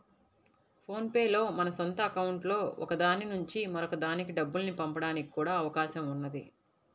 phone pay లో మన సొంత అకౌంట్లలో ఒక దాని నుంచి మరొక దానికి డబ్బుల్ని పంపడానికి కూడా అవకాశం ఉన్నది